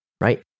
right